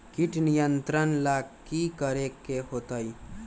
किट नियंत्रण ला कि करे के होतइ?